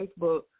Facebook